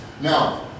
Now